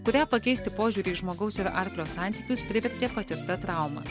kurią pakeisti požiūrį į žmogaus ir arklio santykius privertė patirta trauma